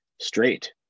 straight